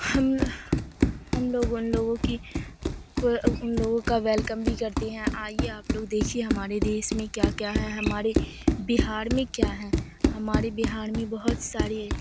ہم ہم لوگ ان لوگوں کی کو ان لوگوں کا ویلکم بھی کرتے ہیں آئیے آپ لوگ دیکھیے ہمارے دیس میں کیا کیا ہے ہمارے بہار میں کیا ہے ہمارے بہار میں بہت سارے